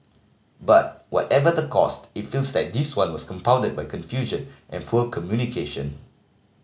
but whatever the caused it feels like this one was compounded by confusion and poor communication